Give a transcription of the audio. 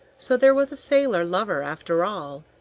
so there was a sailor lover after all,